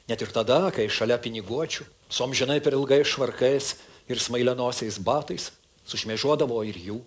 net ir tada kai šalia piniguočių su amžinai per ilgais švarkais ir smailianosiais batais sušmėžuodavo ir jų